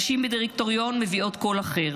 נשים בדירקטוריון מביאות קול אחר,